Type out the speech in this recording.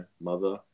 mother